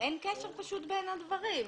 אין קשר בין הדברים.